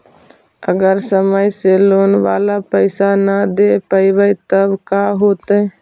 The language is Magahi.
अगर समय से लोन बाला पैसा न दे पईबै तब का होतै?